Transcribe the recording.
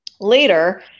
later